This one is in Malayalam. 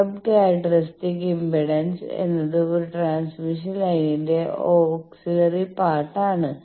സ്റ്റബ് ക്യാരക്ടറിസ്റ്റിക്സ് ഇംപെഡൻസ് എന്നത് ഒരു ട്രാൻസ്മിഷൻ ലൈനിന്റെ ഔക്സിലറി പാർട്ട് ആണ്